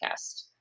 podcast